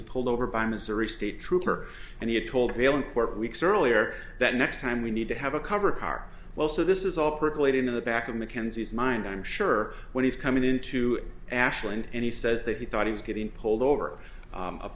was pulled over by missouri state trooper and he had told vaillancourt weeks earlier that next time we need to have a cover car well so this is all percolating in the back of mackenzie's mind i'm sure when he's coming into ashland and he says that he thought he was getting pulled over